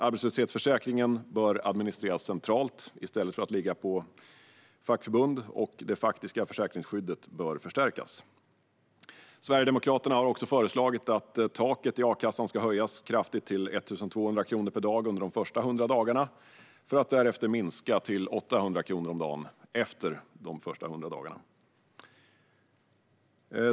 Arbetslöshetsförsäkringen bör administreras centralt i stället för att ligga hos fackförbund, och det faktiska försäkringsskyddet bör förstärkas. Sverigedemokraterna har också föreslagit att taket i a-kassan ska höjas kraftigt till 1 200 kronor per dag under de första 100 dagarna, för att därefter minska till 800 kronor om dagen.